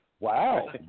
Wow